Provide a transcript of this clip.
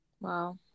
Wow